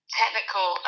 technical